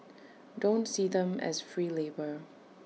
don't see them as free labour